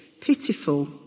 pitiful